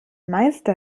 meister